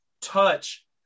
touch